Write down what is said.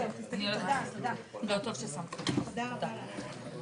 מעלה את זה